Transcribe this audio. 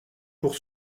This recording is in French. pour